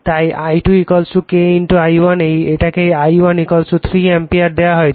তাই I2 K I1এটাকে I1 3 ampere দেওয়া হয়েছে